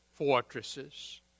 fortresses